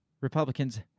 Republicans